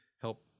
help